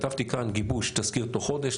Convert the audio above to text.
כתבתי כאן גיבוש תזכיר תוך חודש,